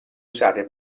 usate